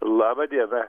laba diena